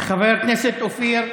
חבר הכנסת אופיר סופר.